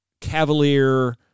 cavalier